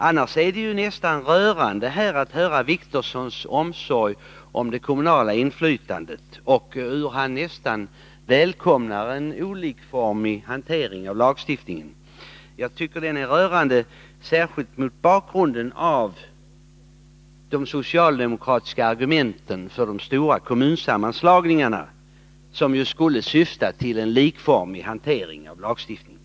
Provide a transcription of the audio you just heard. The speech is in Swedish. Annars är det litet rörande att höra Åke Wictorssons omsorg om det kommunala inflytandet, hur han nästan välkomnar en olikformig hantering av lagstiftningen. Det är rörande särskilt mot bakgrunden av de socialde mokratiska argumenten för de stora kommunsammanslagningarna, som just Nr 48 skulle syfta till en likformig tillämpning av lagstiftningen.